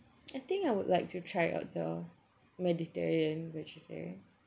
I think I would like to try out the mediterranean vegetarian